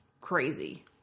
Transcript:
crazy